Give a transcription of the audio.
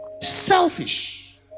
Selfish